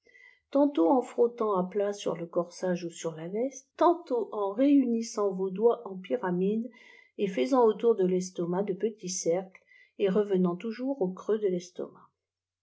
tantôt en frottant à plat sur le corsage ou sur la veste tantôt en réunissant vos doits en pyramide et faisant autour de l'estomac de petits cercles et revenant tour jours au creux de testomac